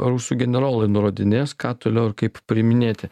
rusų generolai nurodinės ką toliau ir kaip priiminėti